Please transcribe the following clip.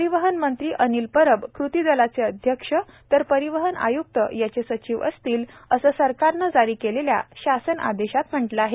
परीवहन मंत्री अनिल परब कृतीदलीचे अध्यक्ष तर परिवहन आयुक्त याचे सचिव असतील असं सरकारनं जारी केलेल्या शासन आदेशआत म्हटलं आहे